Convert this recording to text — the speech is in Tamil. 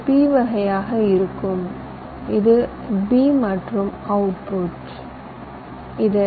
இது p வகையாக இருக்கும் இது a இது b மற்றும் இது அவுட்புட் ஆகும்